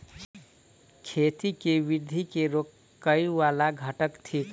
खेती केँ वृद्धि केँ रोकय वला घटक थिक?